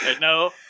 No